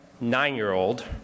nine-year-old